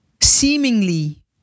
seemingly